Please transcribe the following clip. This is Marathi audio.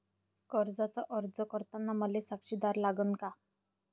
कर्जाचा अर्ज करताना मले साक्षीदार लागन का?